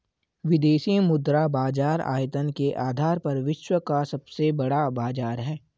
विदेशी मुद्रा बाजार आयतन के आधार पर विश्व का सबसे बड़ा बाज़ार है